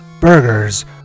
Burgers